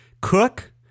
Cook